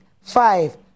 five